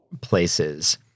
places